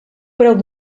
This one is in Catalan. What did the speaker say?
preu